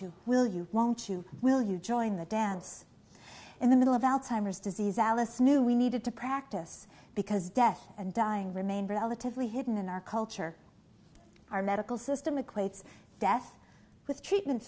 you will you won't you will you join the dance in the middle of alzheimer's disease alice knew we needed to practice because death and dying remain relatively hidden in our culture our medical system equates death with treatment